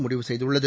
முடிவு செய்துள்ளது